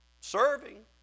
serving